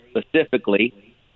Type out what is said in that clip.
specifically